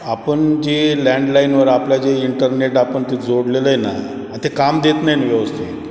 आपण जे लँडलाईनवर आपल्या जे इंटरनेट आपण ते जोडलेलं आहे ना आणि ते काम देत नाही ना व्यवस्थित